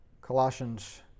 Colossians